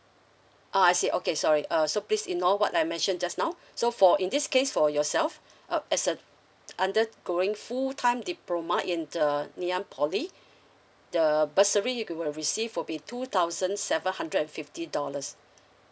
ah I see okay sorry uh so please ignore what I mentioned just now so for in this case for yourself uh as a undergoing full time diploma in the nanyang poly the bursary you could have received will be two thousand seven hundred and fifty dollars